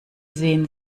sehen